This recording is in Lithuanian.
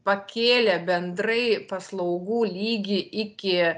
pakėlė bendrai paslaugų lygį iki